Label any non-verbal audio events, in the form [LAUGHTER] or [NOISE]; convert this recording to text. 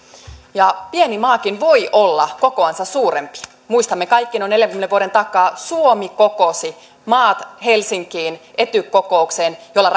pieni maakin voi olla kokoansa suurempi muistamme kaikki noin neljänkymmenen vuoden takaa suomi kokosi maat helsinkiin ety kokoukseen jolla [UNINTELLIGIBLE]